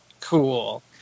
cool